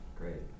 great